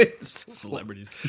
Celebrities